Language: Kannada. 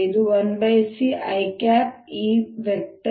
ಇದು 1C